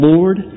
Lord